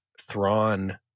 Thrawn